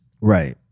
Right